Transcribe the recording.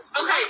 Okay